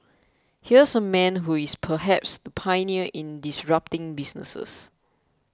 here's a man who is perhaps the pioneer in disrupting businesses